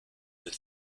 the